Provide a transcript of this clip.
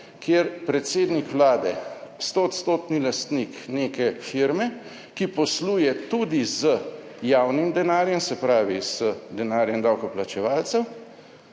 kjer predsednik Vlade, stoodstotni lastnik neke firme, ki posluje tudi z javnim denarjem, se pravi z denarjem davkoplačevalcev,